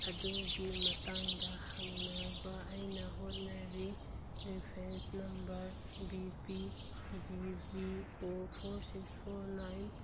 ꯑꯗꯨꯒꯤ ꯃꯇꯥꯡꯗ ꯍꯪꯅꯕ ꯑꯩꯅ ꯍꯣꯠꯅꯔꯤ reference number B P G B O four six four nine